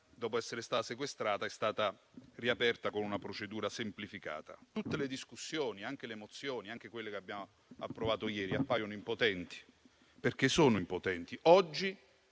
dopo essere stata sequestrata, è stata riaperta con una procedura semplificata. Tutte le discussioni e le mozioni, anche quella che abbiamo approvato ieri, appaiono impotenti perché sono impotenti. Oggi,